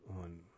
on